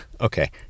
Okay